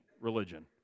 religion